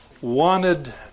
wanted